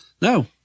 No